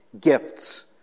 gifts